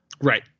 right